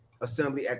assembly